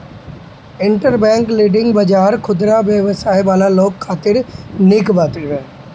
interbank lending बाजार खुदरा व्यवसाय वाला लोग खातिर निक बाटे